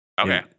Okay